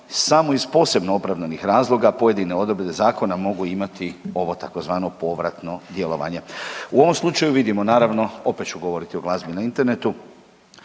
samo iz posebno opravdanih razloga pojedine odredbe zakona mogu imati ovo tzv. povratno djelovanje. U ovom slučaju vidimo naravno opet ću govoriti o glazbi na internetu,